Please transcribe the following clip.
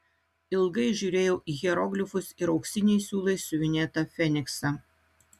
ilgai žiūrėjau į hieroglifus ir auksiniais siūlais siuvinėtą feniksą